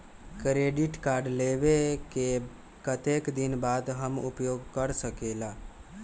Credit card लेबे के कतेक दिन बाद हम उपयोग कर सकेला?